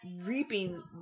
reaping